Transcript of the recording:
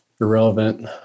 irrelevant